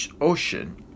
ocean